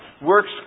Works